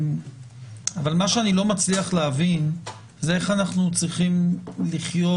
אבל מה שאני לא מצליח להבין זה איך אנחנו צריכים לחיות